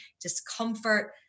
discomfort